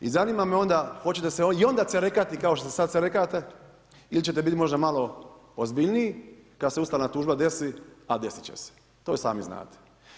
I zanima me onda, hoćete li se i onda cerekati kao što se sada cerekate ili ćete biti možda malo ozbiljniji, kada se ustavna tužbi desi, a desiti će se, to i sami znate.